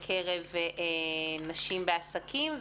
נשים בעסקים,